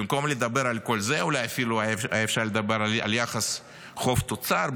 במקום לדבר על כל זה אולי אפילו היה אפשר לדבר על יחס חוב תוצר,